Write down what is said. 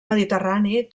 mediterrani